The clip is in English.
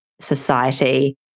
society